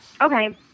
Okay